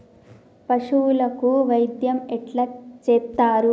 పశువులకు వైద్యం ఎట్లా చేత్తరు?